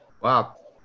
Wow